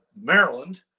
Maryland